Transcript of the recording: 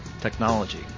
technology